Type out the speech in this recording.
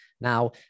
Now